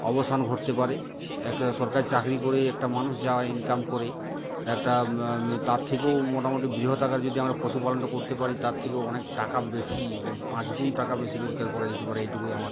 অবসান ঘটতে পারে একটা সরকারি চাকরি করে একটা মানুষ যাওয়া ইনকাম করে একটা তার থেকেও মোটামুটি বৃহৎ আকার যদি আমরা পশুপালনটা করতে পারি তার থেকেও অনেক টাকা বেশি পাঁচ গুণ টাকা বেশি রোজগার করা যেতে পারে এইটুকুই আমার